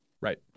Right